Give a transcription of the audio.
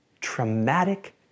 traumatic